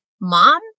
mom